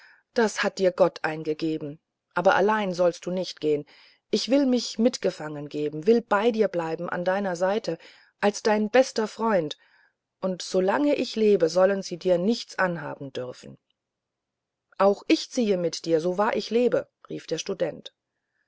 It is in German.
das hat dir gott eingegeben aber allein sollst du nicht gehen ich will mich mit gefangen geben will bei dir bleiben an deiner seite als dein bester freund und solange ich lebe sollen sie dir nichts anhaben dürfen auch ich ziehe mit dir so wahr ich lebe rief der student